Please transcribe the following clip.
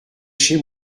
chez